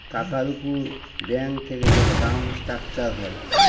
টাকার উপর ব্যাঙ্ক থেকে যে টার্ম স্ট্রাকচার হয়